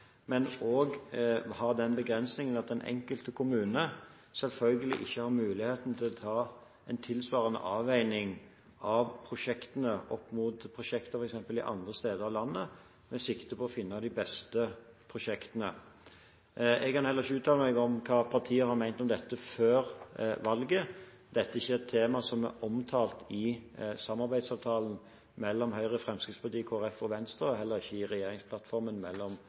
men også ha den begrensningen at den enkelte kommune selvfølgelig ikke har muligheten til å ta en tilsvarende avveining av prosjektene opp mot prosjekter f.eks. andre steder i landet, med sikte på å finne de beste prosjektene. Jeg kan heller ikke uttale meg om hva partier har ment om dette før valget. Dette er ikke et tema som er omtalt i samarbeidsavtalen mellom Høyre, Fremskrittspartiet, Kristelig Folkeparti og Venstre, og heller ikke i regjeringsplattformen mellom